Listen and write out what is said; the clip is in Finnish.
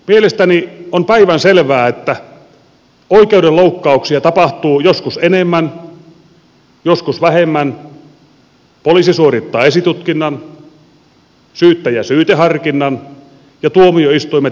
mielestäni on päivänselvää että oikeudenloukkauksia tapahtuu joskus enemmän joskus vähemmän poliisi suorittaa esitutkinnan syyttäjä syyteharkinnan ja tuomioistuimet tekevät tehtävänsä